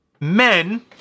men